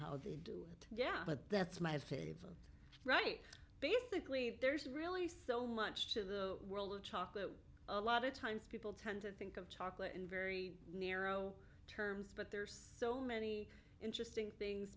how they do it yeah but that's my favorite right basically there's really so much to the world of chocolate a lot of times people tend to think of chocolate in very narrow terms but there are so many interesting things